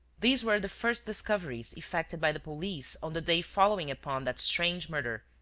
these were the first discoveries effected by the police on the day following upon that strange murder,